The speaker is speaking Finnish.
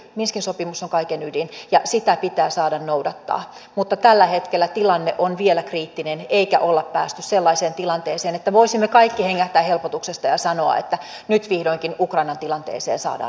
minskin sopimus on kaiken ydin ja sitä pitää saada noudattaa mutta tällä hetkellä tilanne on vielä kriittinen emmekä ole päässeet sellaiseen tilanteeseen että voisimme kaikki hengähtää helpotuksesta ja sanoa että nyt vihdoinkin ukrainan tilanteeseen saadaan ratkaisu